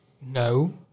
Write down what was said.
No